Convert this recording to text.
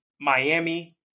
Miami